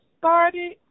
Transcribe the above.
started